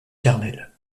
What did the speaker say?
carmel